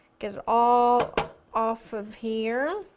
get it all off of here.